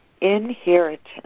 inheritance